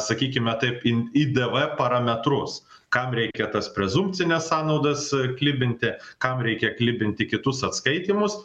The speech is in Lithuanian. sakykime taip idv parametrus kam reikia tas prezumpcines sąnaudas klibinti kam reikia klibinti kitus atskaitymus